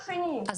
אני